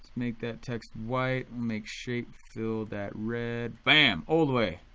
make that text white, we'll make shape fill that red. bam old way.